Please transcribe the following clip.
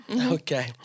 Okay